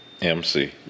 MC